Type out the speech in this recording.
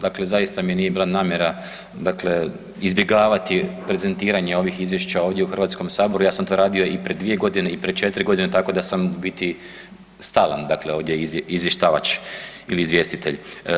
Dakle, zaista mi nije bila namjera dakle izbjegavati prezentiranje ovih izvješća ovdje u Hrvatskom saboru, ja sam to radio i pred 2 g. i pred 4 g., tako da sam u biti stalan dakle ovdje izvještavač ili izvjestitelj.